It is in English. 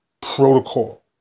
protocol